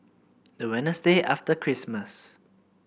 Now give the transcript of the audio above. the Wednesday after Christmas